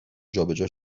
جابجا